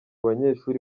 banyeshuri